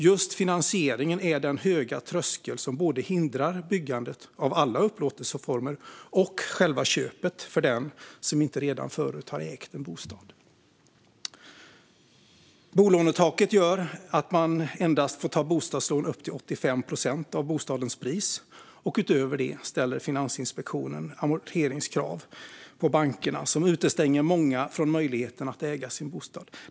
Just finansieringen är den höga tröskel som hindrar både byggandet av alla upplåtelseformer och själva köpet för den som inte redan förut har ägt en bostad. Bolånetaket gör att man endast får ta bostadslån på upp till 85 procent av bostadens pris, och utöver det ställer Finansinspektionen amorteringskrav på bankerna som utestänger många från möjligheten att äga sin bostad.